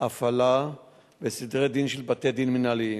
הפעלה וסדרי דין של בתי-דין מינהליים,